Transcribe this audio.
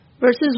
verses